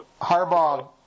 Harbaugh